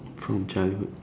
from childhood